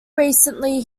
recently